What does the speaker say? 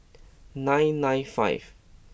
nine nine five